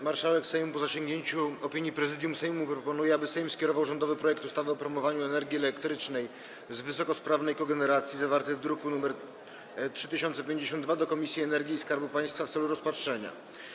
Marszałek Sejmu, po zasięgnięciu opinii Prezydium Sejmu, proponuje, aby Sejm skierował rządowy projekt ustawy o promowaniu energii elektrycznej z wysokosprawnej kogeneracji, zawarty w druku nr 3052, do Komisji do Spraw Energii i Skarbu Państwa w celu rozpatrzenia.